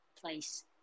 place